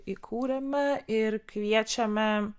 įkūrėme ir kviečiame